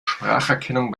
spracherkennung